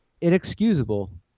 Inexcusable